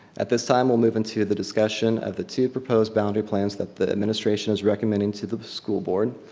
at this time, we'll move into the discussion of the two proposed boundary plans that the administration is recommending to the school board.